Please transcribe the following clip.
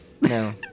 No